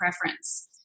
preference